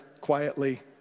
quietly